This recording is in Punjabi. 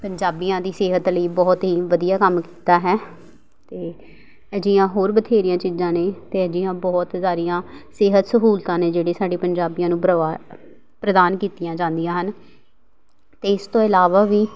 ਪੰਜਾਬੀਆਂ ਦੀ ਸਿਹਤ ਲਈ ਬਹੁਤ ਹੀ ਵਧੀਆ ਕੰਮ ਕੀਤਾ ਹੈ ਅਤੇ ਅਜਿਹੀਆਂ ਹੋਰ ਬਥੇਰੀਆਂ ਚੀਜ਼ਾਂ ਨੇ ਅਤੇ ਅਜਿਹੀਆਂ ਬਹੁਤ ਸਾਰੀਆਂ ਸਿਹਤ ਸਹੂਲਤਾਂ ਨੇ ਜਿਹੜੇ ਸਾਡੇ ਪੰਜਾਬੀਆਂ ਨੂੰ ਪਰਵਾ ਪ੍ਰਦਾਨ ਕੀਤੀਆਂ ਜਾਂਦੀਆਂ ਹਨ ਅਤੇ ਇਸ ਤੋਂ ਇਲਾਵਾ ਵੀ